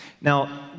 Now